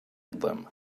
them